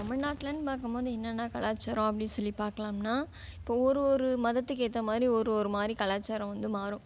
தமிழ்நாட்டுலன்னு பார்க்கும்போது என்னன்னா கலாச்சாரம் அப்படின்னு சொல்லி பார்க்கலாம்னா இப்போது ஒரு ஒரு மதத்துக்கு ஏற்ற மாதிரி ஒரு ஒரு மாதிரி கலாச்சாரம் வந்து மாறும்